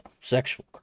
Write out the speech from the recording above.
sexual